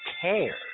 care